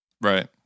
Right